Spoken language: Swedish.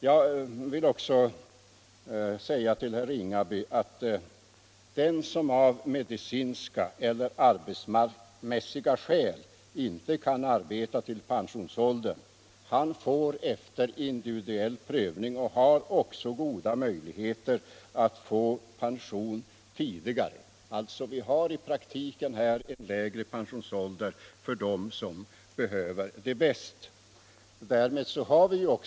Jag vill också säga till herr Ringaby att den som av medicinska eller arbetsmarknadsmässiga skäl inte kan arbeta till pensionsåldern har goda möjligheter att efter invidivuell prövning få pension tidigare. Vi har alltså i praktiken en lägre pensionsålder för dem som behöver den bäst.